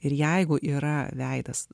ir jeigu yra veidas